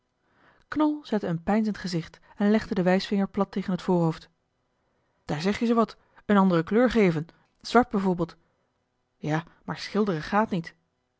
knol zette een peinzend gezicht en legde den wijsvinger plat tegen het voorhoofd daar zeg je zoo wat een andere kleur geven zwart bijvoorbeeld ja maar schilderen gaat niet